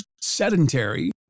sedentary